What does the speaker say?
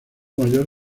mayor